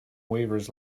waivers